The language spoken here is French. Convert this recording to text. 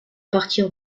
partir